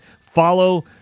Follow